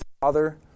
Father